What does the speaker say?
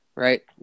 Right